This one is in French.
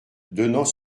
donnant